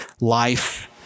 life